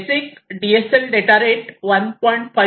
basic D S L data rate 1